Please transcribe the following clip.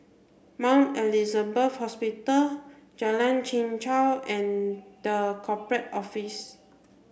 Mount Elizabeth Hospital Jalan Chichau and the Corporate Office